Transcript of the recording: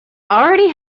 already